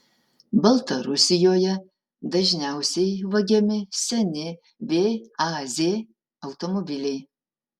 baltarusijoje dažniausiai vagiami seni vaz automobiliai